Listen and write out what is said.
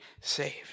saved